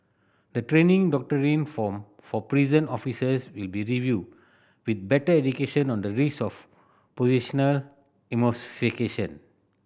the training doctrine for for prison officers will be reviewed with better education on the risk of positional